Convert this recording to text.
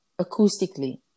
acoustically